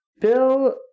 Bill